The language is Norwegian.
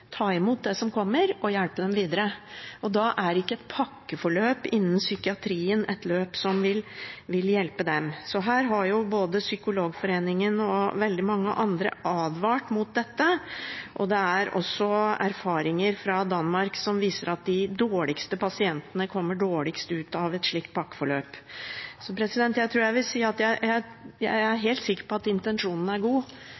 ta imot det som kommer, og hjelpe dem videre. Da er ikke et pakkeforløp innen psykiatrien et løp som vil hjelpe dem. Dette har både Psykologforeningen og veldig mange andre advart mot, og det er også erfaringer fra Danmark som viser at de dårligste pasientene kommer dårligst ut av et slikt pakkeforløp. Jeg er helt sikker på at intensjonen er god,